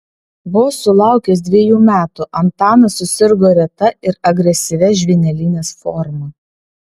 vos sulaukęs dvejų metų antanas susirgo reta ir agresyvia žvynelinės forma